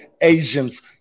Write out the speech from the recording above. Asians